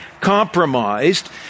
compromised